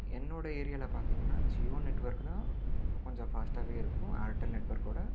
என்னோட ஏரியாவில் பார்த்திங்கன்னா ஜியோ நெட்வொர்க்கு தான் கொஞ்சம் ஃபாஸ்ட்டாகவே இருக்கும் ஆர்டெல் நெட்வொர்க்கோடு